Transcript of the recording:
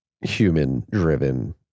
human-driven